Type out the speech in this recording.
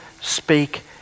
speak